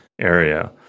area